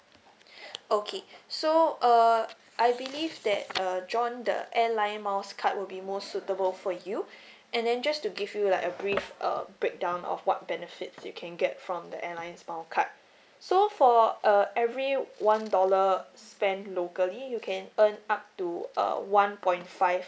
okay so uh I believe that uh join the airline miles card would be most suitable for you and then just to give you like a brief uh breakdown of what benefits you can get from the airlines mile card so for uh every one dollar spent locally you can earn up to uh one point five